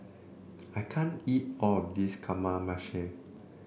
I can't eat all of this Kamameshi